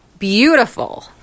Beautiful